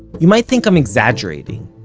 you might think i'm exaggerating,